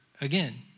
again